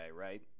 right